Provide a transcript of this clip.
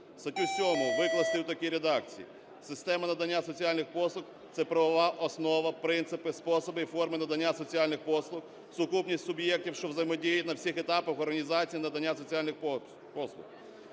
Статтю 7 викласти у такій редакції: "Система надання соціальних послуг – це правова основа, принципи, способи і форми надання соціальних послуг, сукупність суб'єктів, що взаємодіють на всіх етапах організації надання соціальних послуг".